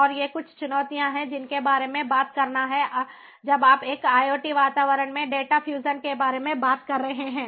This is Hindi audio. और ये कुछ चुनौतियां हैं जिनके बारे में बात करना है जब आप एक IoT वातावरण में डेटा फ्यूजन के बारे में बात कर रहे हैं